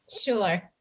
Sure